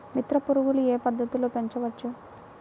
మిత్ర పురుగులు ఏ పద్దతిలో పెంచవచ్చు?